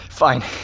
Fine